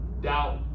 doubt